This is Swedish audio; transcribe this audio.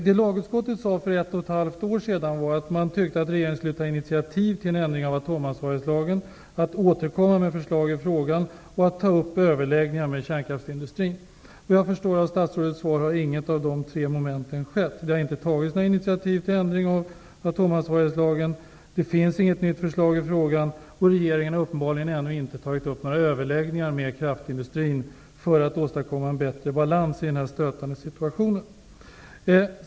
I lagutskottet sade man för ett och ett halvt år sedan att man tyckte att regeringen skulle ta initiativ till en ändring av atomansvarighetslagen, återkomma med ett förslag i frågan och ta upp överläggningar med kraftindustrin. Vad jag förstår av statsrådets svar har inget av de tre momenten skett. Det har inte tagits några intitiativ till en ändring av atomansvarighetslagen, det finns inget nytt förslag i frågan och regeringen har uppenbarligen ännu inte haft några överläggningar med kraftindustrin för att åstadkomma en bättre balans i denna stötande situation.